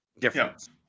difference